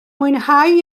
mwynhau